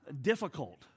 difficult